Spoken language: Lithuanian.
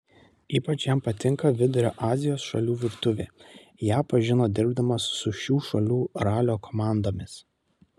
ypač jam patinka vidurio azijos šalių virtuvė ją pažino dirbdamas su šių šalių ralio komandomis